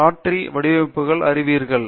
மாற்றி வடிவமைப்புகளை அறிவீர்கள்